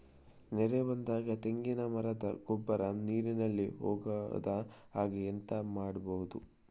ನೆರೆ ಬಂದಾಗ ತೆಂಗಿನ ಮರದ ಗೊಬ್ಬರ ನೀರಿನಲ್ಲಿ ಹೋಗದ ಹಾಗೆ ಎಂತ ಮಾಡೋದು?